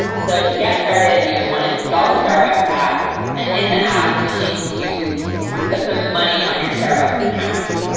so to get started, you wanna install the starbucks app and in the app, you'll need to put some money on your starbucks account.